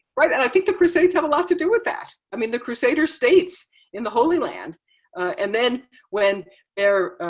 and i think the crusades have a lot to do with that. i mean, the crusader states in the holy land and then when they're